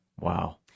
Wow